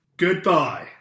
Goodbye